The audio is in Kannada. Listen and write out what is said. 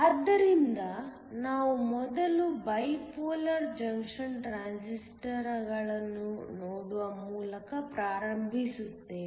ಆದ್ದರಿಂದ ನಾವು ಮೊದಲು ಬೈಪೋಲಾರ್ ಜಂಕ್ಷನ್ ಟ್ರಾನ್ಸಿಸ್ಟರ್ ಗಳನ್ನು ನೋಡುವ ಮೂಲಕ ಪ್ರಾರಂಭಿಸುತ್ತೇವೆ